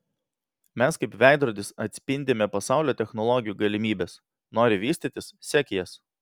mes kaip veidrodis atspindime pasaulio technologijų galimybes nori vystytis sek jas